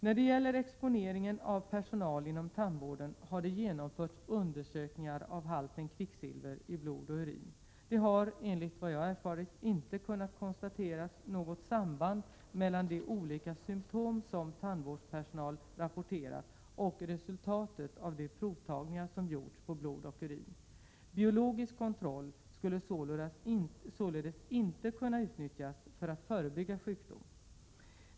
När det gäller exponeringen av personal inom tandvården har det genomförts undersökningar av halten kvicksilver i blod och urin. Det har enligt vad jag erfarit inte kunnat konstateras något samband mellan de olika symptom som tandvårdspersonal rapporterat och resultatet av de provtagningar som gjorts på blod och urin. Biologisk kontroll skulle således inte kunna utnyttjas för att förebygga sjukdom.